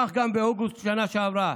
כך גם באוגוסט שנה שעברה",